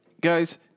guys